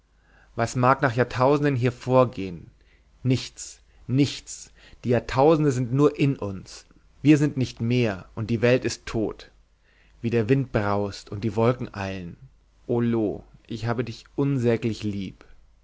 was mag nach jahrtausenden hier vorgehen nichts nichts die jahrtausende sind nur in uns wir sind nicht mehr und die welt ist tot wie der wind braust und die wolken eilen o loo ich habe dich unsäglich lieb